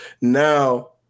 now